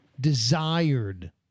desired